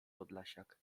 podlasiak